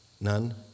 None